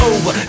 Over